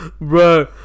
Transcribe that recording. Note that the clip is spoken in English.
bro